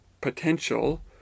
potential